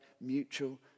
mutual